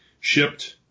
shipped